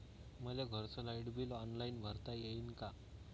मले घरचं light bill online भरता येईन का?